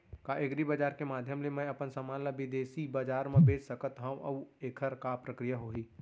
का एग्रीबजार के माधयम ले मैं अपन समान ला बिदेसी बजार मा बेच सकत हव अऊ एखर का प्रक्रिया होही?